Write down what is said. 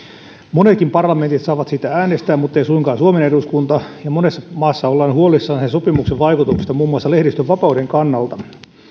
monetkin parlamentit saavat siitä äänestää muttei suinkaan suomen eduskunta ja monessa maassa ollaan huolissaan sen sopimuksen vaikutuksista muun muassa lehdistönvapauden kannalta